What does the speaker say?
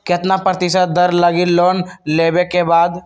कितना प्रतिशत दर लगी लोन लेबे के बाद?